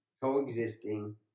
coexisting